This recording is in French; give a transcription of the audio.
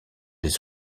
des